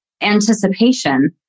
anticipation